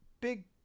big